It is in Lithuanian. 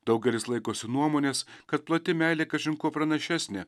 daugelis laikosi nuomonės kad plati meilė kažin kuo pranašesnė